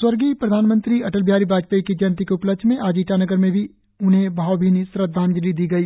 स्वर्गीय प्रधानमंत्री अटल बिहारी बाजपेयी की जंयती के उपलक्ष्य में आज राजधानी ईटानगर में भी उन्हे भावभीनी श्रद्धांजलि दी गई